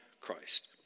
Christ